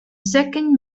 second